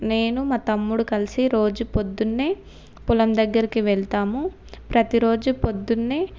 నేను మా తమ్ముడు కలిసి రోజు పొద్దున్నే పొలం దగ్గరికి వెళ్తాము ప్రతీరోజు పొద్దున్నే